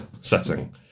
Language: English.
setting